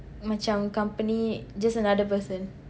macam company just another person